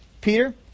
Peter